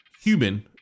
human